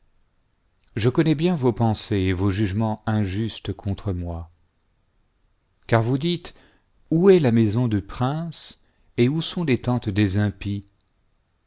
je connais bien vos pensées et vos jugements injustes contre moi car vous dites où est la maison du prince et où sont les tentes des impies